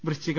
വൃശ്ചിക